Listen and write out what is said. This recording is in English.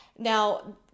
Now